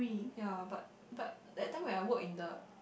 ya but but that time when I work in the